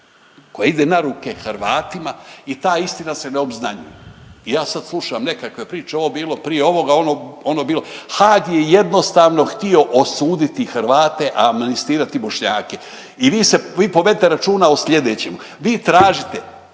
koja ide na ruke Hrvatima i ta istina se ne obznanjuje. I ja sada slušam nekakve priče ovo je bilo prije ovoga, onoga, ono je bilo. Haag je jednostavno htio osuditi Hrvate, a amnestirati Bošnjake. I vi povedite računa o sljedećem, vi tražite,